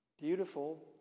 Beautiful